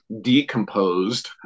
Decomposed